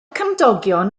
cymdogion